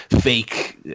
fake